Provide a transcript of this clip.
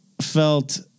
felt